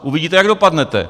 Uvidíte, jak dopadnete.